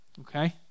Okay